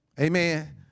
Amen